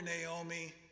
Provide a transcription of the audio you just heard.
Naomi